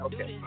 Okay